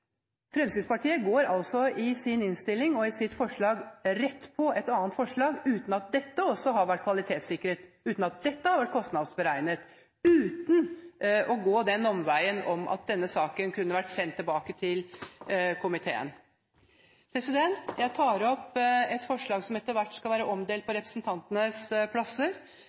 i sin innstilling og i sitt forslag går rett over på et annet forslag, uten at heller ikke dette har vært kvalitetssikret, uten at dette har vært kostnadsberegnet – uten å gå den omveien å sende denne saken tilbake til komiteen. Jeg tar opp et forslag som etter hvert skal være omdelt på representantenes plasser.